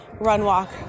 run-walk